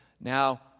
Now